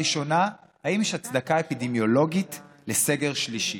הראשונה, האם יש הצדקה אפידמיולוגית לסגר שלישי,